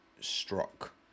struck